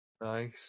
Nice